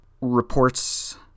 reports